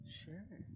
sure